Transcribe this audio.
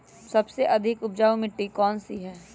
सबसे अधिक उपजाऊ मिट्टी कौन सी हैं?